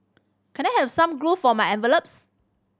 can I have some glue for my envelopes